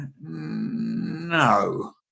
no